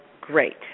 great